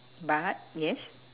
but yes